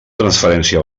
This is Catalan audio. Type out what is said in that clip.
transferència